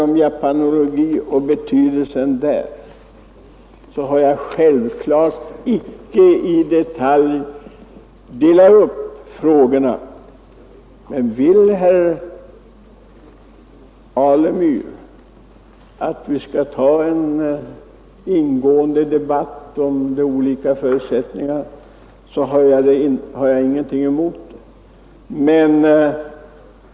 När jag talat om betydelsen av japanologi har jag icke gått in på några detaljer. Men vill herr Alemyr att vi skall ta en ingående debatt om de olika förutsättningarna har jag ingenting emot det.